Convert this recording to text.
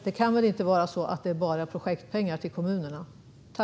Det kan väl inte vara så att det bara är projektpengar till kommunerna?